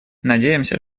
надеемся